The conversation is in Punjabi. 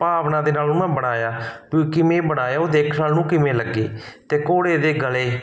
ਭਾਵਨਾ ਦੇ ਨਾਲ ਉਹਨੂੰ ਮੈਂ ਬਣਾਇਆ ਵੀ ਕਿਵੇਂ ਬਣਾਇਆ ਉਹ ਦੇਖਣ ਵਾਲੇ ਨੂੰ ਕਿਵੇਂ ਲੱਗੀ ਅਤੇ ਘੋੜੇ ਦੇ ਗਲੇ